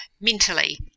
Mentally